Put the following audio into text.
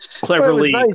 cleverly